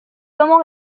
comment